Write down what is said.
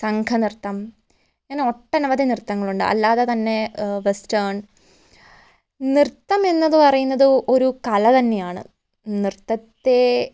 സംഘനൃത്തം അങ്ങനെ ഒട്ടനവധി നൃത്തങ്ങളുണ്ട് അല്ലാതെ തന്നെ വെസ്റ്റേൺ നൃത്തമെന്നത് പറയുന്നത് ഒരു കല തന്നെയാണ് നൃത്തത്തെ